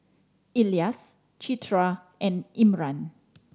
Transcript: Elyas Citra and Imran